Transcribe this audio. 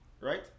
right